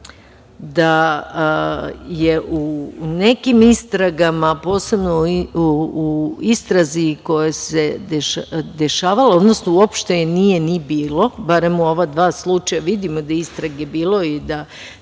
da je u nekim istragama, a posebno u istrazi koja se dešavala, odnosno uopšte nije je ni bilo, barem u ova dva slučaja vidimo da je istrage bilo i da